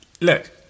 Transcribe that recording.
look